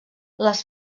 les